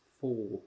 four